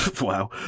wow